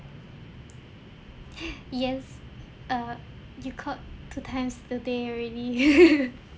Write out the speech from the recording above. yes err you called two times today already